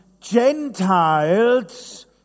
Gentiles